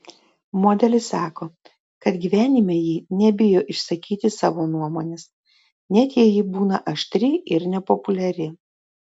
modelis sako kad gyvenime ji nebijo išsakyti savo nuomonės net jei ji būna aštri ir nepopuliari